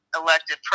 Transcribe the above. elected